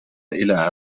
إلى